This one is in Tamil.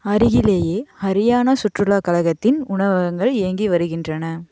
அருகிலேயே ஹரியானா சுற்றுலா கழகத்தின் உணவகங்கள் இயங்கி வருகின்றன